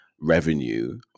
revenue